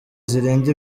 zirinda